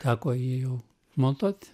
teko jį jau montuot